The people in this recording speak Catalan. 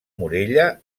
morella